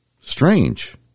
Strange